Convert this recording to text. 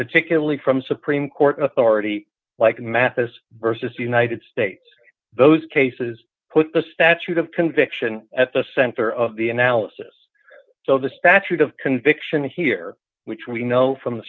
particularly from supreme court authority like mathis versus united states those cases put the statute of conviction at the center of the analysis so the statute of conviction here which we know from the